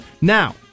Now